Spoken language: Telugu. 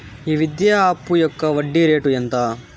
ఈ విద్యా అప్పు యొక్క వడ్డీ రేటు ఎంత?